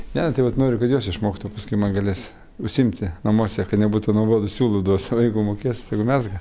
ne tai vat noriu kad jos išmoktų paskui man galės užsiimti namuose kad nebūtų nuobodu siūlų duosiu o jeigu mokės tegu mezga